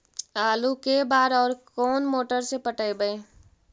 आलू के बार और कोन मोटर से पटइबै?